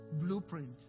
Blueprint